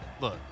Look